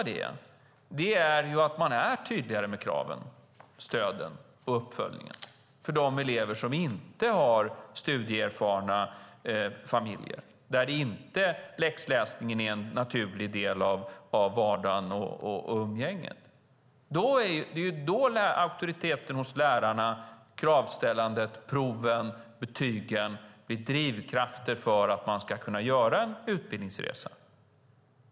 Det är att man är tydligare med kraven, stöden och uppföljningen för de elever som inte har studieerfarna familjer och där läxläsning inte är en naturlig del av vardagen och umgänget. Det är då auktoriteten hos lärarna, kravställandet, proven och betygen blir drivkrafter för att man ska kunna göra en utbildningsresa.